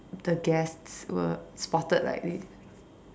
the guests were spotted like this